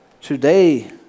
Today